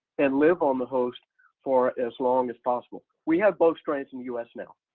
and live on the host for as long as possible. we have both strains in the us now.